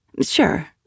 Sure